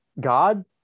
god